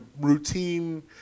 routine